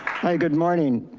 hi, good morning.